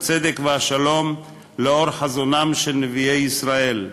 הצדק והשלום לאור חזונם של נביאי ישראל,